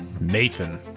Nathan